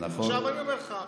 עכשיו, אני אומר לך,